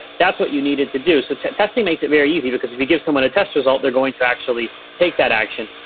that's what you needed to do. so testing makes it very easy because if you give someone a test result, they're going to actually take that action.